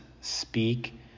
speak